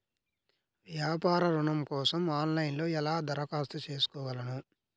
వ్యాపార ఋణం కోసం ఆన్లైన్లో ఎలా దరఖాస్తు చేసుకోగలను?